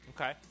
Okay